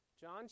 John